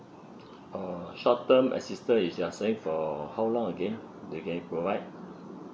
oh short term assistant is you're saying for how long again they can provide